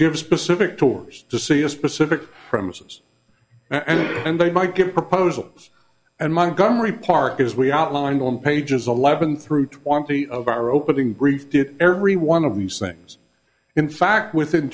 give specific tours to see a specific premises and they might get proposals and montgomery park as we outlined on pages eleven through twenty of our opening brief did every one of these things in fact within